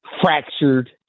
fractured